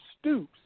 Stoops